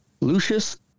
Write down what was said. Lucius